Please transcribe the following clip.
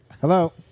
Hello